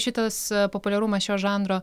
šitas populiarumas šio žanro